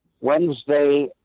Wednesday